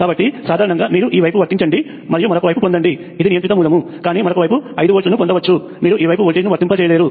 కాబట్టి సాధారణంగా మీరు ఈ వైపు వర్తించండి మరియు మరొక వైపు పొందండి ఇది నియంత్రిత మూలం కానీ మరొక వైపు ఐదు వోల్ట్లను పొందవచ్చు మీరు ఈ వైపు వోల్టేజ్ను వర్తించలేరు